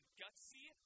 gutsy